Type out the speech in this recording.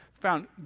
found